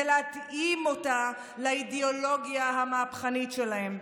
להתאים אותה לאידיאולוגיה המהפכנית שלהם,